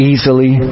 Easily